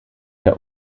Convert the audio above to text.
der